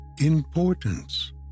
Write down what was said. importance